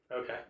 Okay